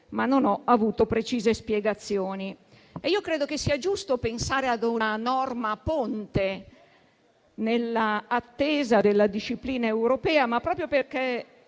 ma non ho avuto precise spiegazioni. Credo che sia giusto pensare a una norma ponte, nell'attesa della disciplina europea, ma proprio per